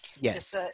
Yes